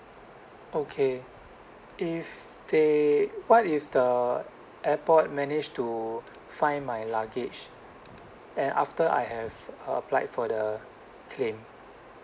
okay if they what if the airport manage to find my luggage and after I have uh applied for the claim